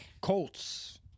Colts